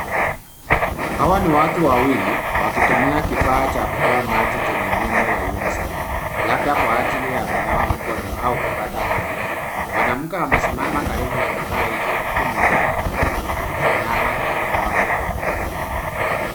Hawa ni watu wawili wakitumia kifaa cha kutoa maji chenye nembo ya UNICEF labda kwa ajili ya kunawa mkono au kupata maji. Mwanamke amesimama karibu na kifaa hicho huku mwanamke akiinama akinawa mkono.